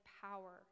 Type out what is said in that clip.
power